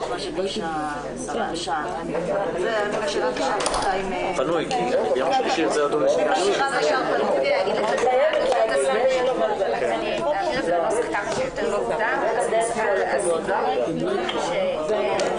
הישיבה ננעלה בשעה 10:41.